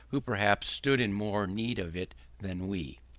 who, perhaps, stood in more need of it than we.